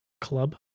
Club